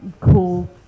cool